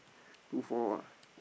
two four ah